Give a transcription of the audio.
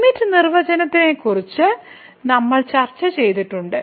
limit നിർവചനത്തെക്കുറിച്ചും നമ്മൾ ചർച്ച ചെയ്തിട്ടുണ്ട്